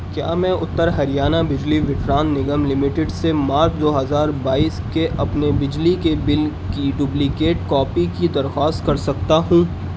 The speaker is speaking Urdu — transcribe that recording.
کیا میں اتر ہریانہ بجلی وٹران نگم لمیٹڈ سے مارچ دو ہزار بائیس کے اپنے بجلی کے بل کی ڈپلیکیٹ کاپی کی درخواست کر سکتا ہوں